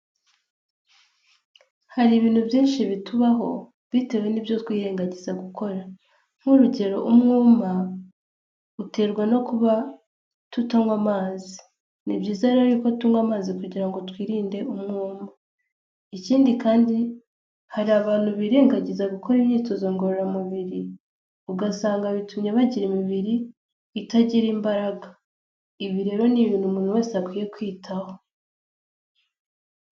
Har’ibintu byinshi bitubaho bitewe n'ibyo twirengagiza gukora. Nk'urugero umwuma uterwa no kuba tutanywa amazi, ni byiza rero ko tunywa amazi kugira ngo twirinde umwuma. Ikindi kandi har’abantu birengagiza gukora imyitozo ngororamubiri, ugasanga bitumye bagira imibiri itagira imbaraga. Ibi rero ni ibintu umuntu wese akwiye kwitaho.